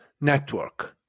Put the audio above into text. Network